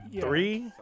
Three